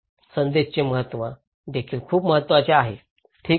संदेशाचे महत्त्व देखील खूप महत्वाचे आहे ठीक आहे